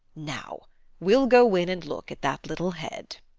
now we'll go in and look at that little head.